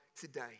today